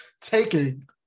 taking